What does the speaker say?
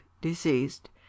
deceased